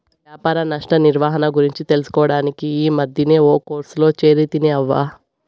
వ్యాపార నష్ట నిర్వహణ గురించి తెలుసుకోడానికి ఈ మద్దినే ఒక కోర్సులో చేరితిని అవ్వా